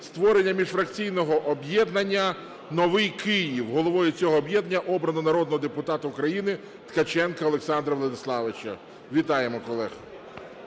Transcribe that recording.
створення міжфракційного об'єднання "Новий Київ". Головою цього об'єднання обраного народного депутата України Ткаченка Олександра Владиславовича. Вітаємо колег!